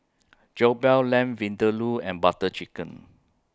Jokbal Lamb Vindaloo and Butter Chicken